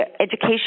education